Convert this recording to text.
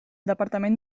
departament